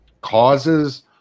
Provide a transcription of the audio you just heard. causes